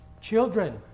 Children